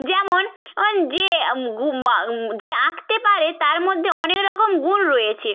যেমন যে যে আঁকতে পারে তার মধ্যে অনেক রকম গুণ রয়েছে